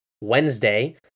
Wednesday